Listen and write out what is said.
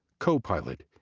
co-pilot,